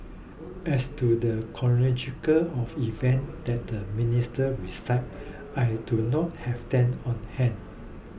as to the chronology of events that the minister recited I do not have them on hand